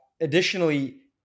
additionally